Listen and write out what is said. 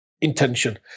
intention